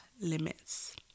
limits